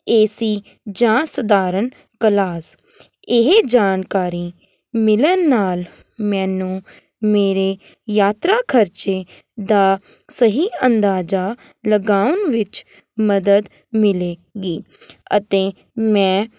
ਏ C ਜਾਂ ਸਧਾਰਨ class ਇਹ ਜਾਣਕਾਰੀ ਮਿਲਣ ਨਾਲ ਮੈਨੂੰ ਮੇਰੇ ਯਾਤਰਾ ਖਰਚੇ ਦਾ ਸਹੀ ਅੰਦਾਜ਼ਾ ਲਗਾਉਣ ਵਿੱਚ ਮਦਦ ਮਿਲੇਗੀ ਅਤੇ ਮੈਂ